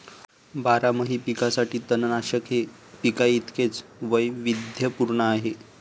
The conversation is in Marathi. बारमाही पिकांसाठी तणनाशक हे पिकांइतकेच वैविध्यपूर्ण आहे